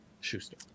Schuster